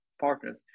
partners